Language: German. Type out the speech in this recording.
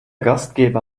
gastgeber